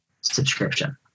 subscription